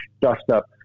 dust-up